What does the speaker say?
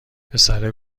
پسره